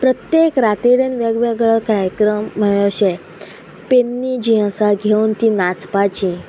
प्रत्येक रातीडेन वेगवेगळो कार्यक्रम म्हळ्या अशें पेन्नी जी आसा घेवन ती नाचपाची